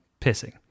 pissing